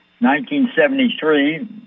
1973